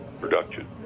production